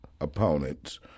opponents